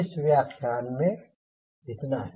इस व्याख्यान में इतना ही